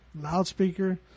loudspeaker